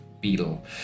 Beetle